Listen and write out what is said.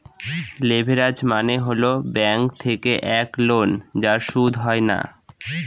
leverage মানে হল bank থেকে এক লোন যার সুদ হয় না